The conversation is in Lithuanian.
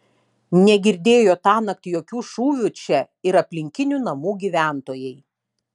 negirdėjo tąnakt jokių šūvių čia ir aplinkinių namų gyventojai